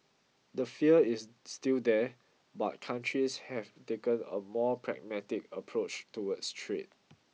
the fear is still there but countries have taken a more pragmatic approach towards trade